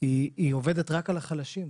היא עובדת רק על החלשים.